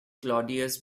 claudius